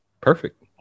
Perfect